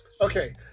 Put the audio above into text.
Okay